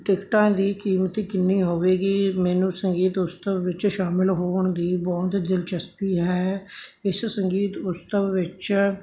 ਟਿਕਟਾਂ ਦੀ ਕੀਮਤੀ ਕਿੰਨੀ ਹੋਵੇਗੀ ਮੈਨੂੰ ਸੰਗੀਤ ਉਤਸਵ ਵਿੱਚ ਸ਼ਾਮਲ ਹੋਣ ਦੀ ਬਹੁਤ ਦਿਲਚਸਪੀ ਹੈ ਇਸ ਸੰਗੀਤ ਉਤਸਵ ਵਿੱਚ